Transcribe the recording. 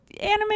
Anime